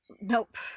Nope